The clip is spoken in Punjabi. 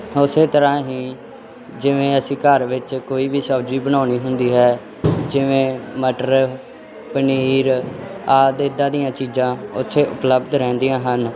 ਉਸੇ ਤਰ੍ਹਾਂ ਹੀ ਜਿਵੇਂ ਅਸੀਂ ਘਰ ਵਿੱਚ ਕੋਈ ਵੀ ਸਬਜ਼ੀ ਬਣਾਉਣੀ ਹੁੰਦੀ ਹੈ ਜਿਵੇਂ ਮਟਰ ਪਨੀਰ ਆਦਿ ਇੱਦਾਂ ਦੀਆਂ ਚੀਜ਼ਾਂ ਉੱਥੇ ਉਪਲਬਧ ਰਹਿੰਦੀਆਂ ਹਨ